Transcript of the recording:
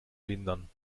lindern